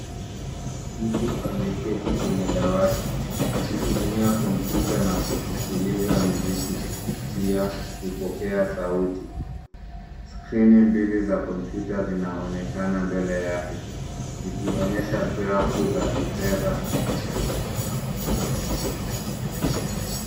Mtu ameketi kwenye dawati, akitumia kompyuta na kusikiliza muziki kupitia vipokea sauti. Skrini mbili za kompyuta zinaonekana mbele yake zikionyesha grafu za kifedha.